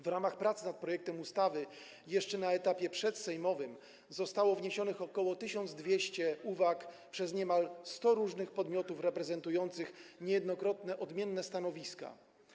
W ramach prac nad projektem ustawy jeszcze na etapie przedsejmowym zostało wniesionych ok. 1200 uwag przez niemal 100 różnych podmiotów reprezentujących niejednokrotnie odmienne stanowiska.